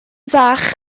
fach